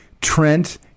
Trent